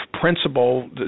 principle